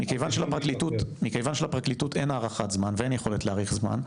שלפרקליטות אין הערכת זמן ואין יכולת להעריך זמן,